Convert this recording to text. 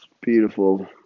beautiful